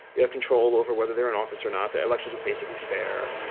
we have control over whether they're in office or not. the elections are basically fair.